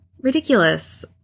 ridiculous